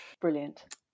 Brilliant